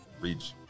reach